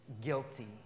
guilty